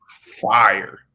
fire